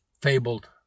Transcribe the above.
fabled